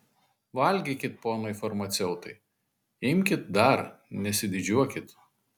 valgykit ponai farmaceutai imkit dar nesididžiuokit